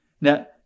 Now